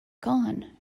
gone